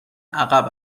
عقب